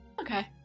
Okay